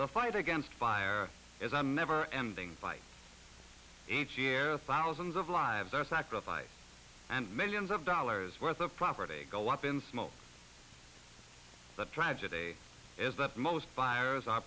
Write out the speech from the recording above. the fight against fire is a never ending fight thousands of lives are sacrifice and millions of dollars worth of property go up in smoke the tragedy is that most fires are